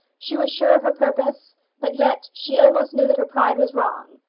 she was sure of her purpose but yet she almost knew that her pride was wrong.